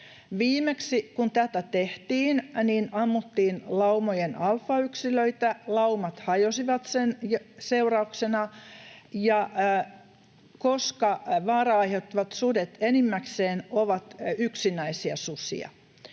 Viimeksi kun tätä tehtiin, niin ammuttiin laumojen alfayksilöitä. Laumat hajosivat sen seurauksena, ja koska vaaraa aiheuttavat sudet enimmäkseen ovat yksinäisiä susia,